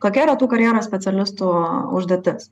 kokia yra tų karjeros specialistų užduotis